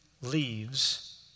leaves